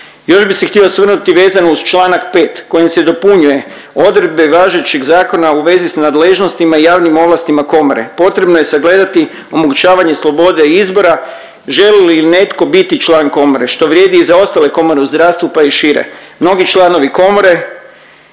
Još bi se htio osvrnuti vezano uz čl. 5 kojim se dopunjuje odredbe važećeg zakona u vezi s nadležnostima i javnim ovlastima komore. Potrebno je sagledati omogućavanje slobode izbora, želi li netko biti član komore, što vrijedi i za ostale komore u zdravstvu, pa i šire. Mnogi članovi komore